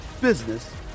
business